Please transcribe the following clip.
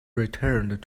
returned